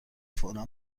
فورا